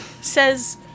says